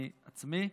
אני עצמי: